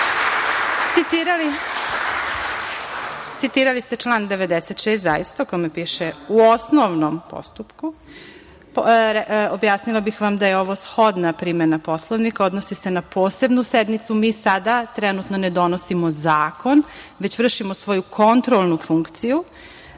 isteklo. Citirali ste član 96. zaista u kome piše – u osnovnom postupku. Objasnila bih vam da je ovo shodna primena Poslovnika. Odnosi se na posebnu sednicu. Sada trenutno ne donosimo zakon, već vršimo svoju kontrolnu funkciju